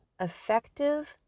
effective